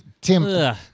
Tim